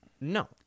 No